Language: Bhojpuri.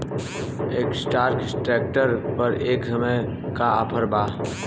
एस्कार्ट ट्रैक्टर पर ए समय का ऑफ़र बा?